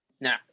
Now